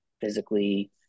physically